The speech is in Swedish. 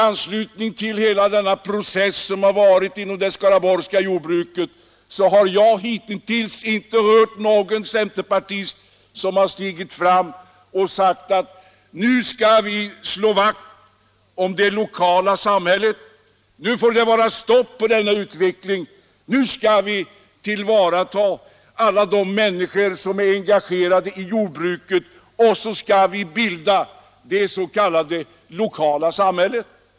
Under hela den process som hittills pågått inom det skaraborgska jordbruket har jag hittills inte varit med om att någon centerpartist stigit fram och sagt: Nu skall vi slå vakt om det lokala samhället. Nu får det vara slut med den här utvecklingen. Nu skall vi tillvarata alla de människors intressen som är engagerade i jordbruket och bilda det s.k. lokala samhället.